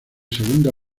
segunda